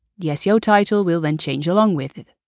the seo title will then change along with it.